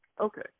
okay